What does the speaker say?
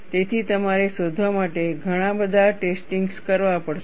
તેથી તમારે શોધવા માટે ઘણા બધા ટેસ્ટીંગ્સ કરવા પડશે